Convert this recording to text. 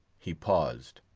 he paused.